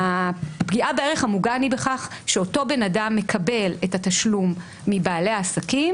שהפגיעה בערך המוגן היא בכך שאותו בן אדם מקבל את התשלום מבעלי העסקים,